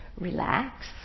relax